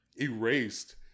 erased